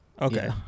Okay